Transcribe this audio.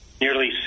Nearly